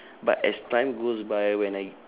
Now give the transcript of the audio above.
but as time goes by when I